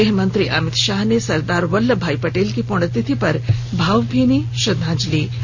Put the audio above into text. गृहमंत्री अमित शाह ने सरदार वल्लभ भाई पटेल की पृण्य तिथि पर भावभीनी श्रंद्वाजलि दी है